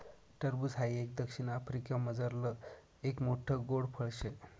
टरबूज हाई एक दक्षिण आफ्रिकामझारलं एक मोठ्ठ गोड फळ शे